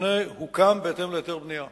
שהמבנה הוקם בהתאם להיתר בנייה.